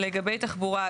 לגבי תחבורה,